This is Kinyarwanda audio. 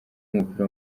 w’umupira